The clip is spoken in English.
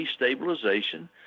destabilization